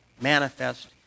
manifest